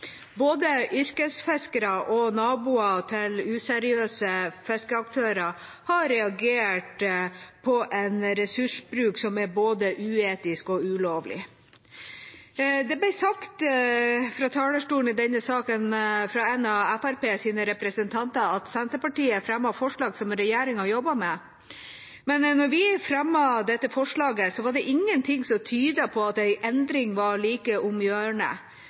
Både yrkesfiskere og naboer til useriøse fiskeaktører har reagert på en ressursbruk som er både uetisk og ulovlig. Det ble sagt fra talerstolen i denne saken fra en av Fremskrittspartiets representanter at Senterpartiet fremmer forslag som regjeringa jobber med. Men da vi fremmet dette forslaget, var det ingenting som tydet på at en endring var like